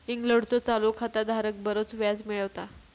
इंग्लंडचो चालू खाता धारक बरोच व्याज मिळवता